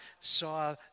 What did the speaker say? saw